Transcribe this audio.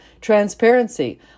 transparency